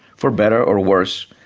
for better or worse,